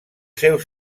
seus